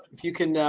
if you can